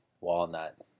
Walnut